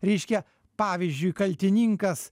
reiškia pavyzdžiui kaltininkas